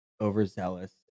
overzealous